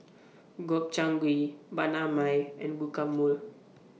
Gobchang Gui Banh MI and Guacamole